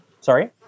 Sorry